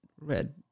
red